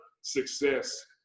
success